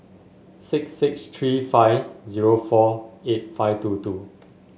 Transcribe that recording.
six six three five zero four eight five two two